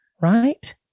right